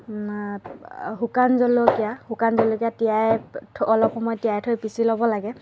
মাত শুকান জলকীয়া শুকান জলকীয়া তিয়াই অলপ সময় তিয়াই থৈ পিচি ল'ব লাগে